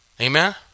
Amen